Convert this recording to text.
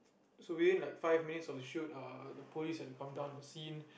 so within like five minutes of the shoot uh the police had to come down to the scene